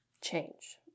change